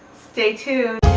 stay tuned.